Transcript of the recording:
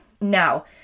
Now